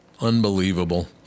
Unbelievable